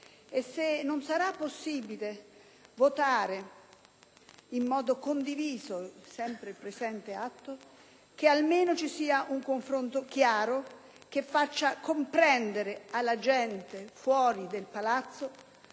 E se non sarà possibile votare in modo condiviso il presente atto, che almeno ci sia un confronto chiaro che faccia comprendere alla gente fuori dal Palazzo